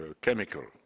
chemical